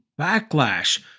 Backlash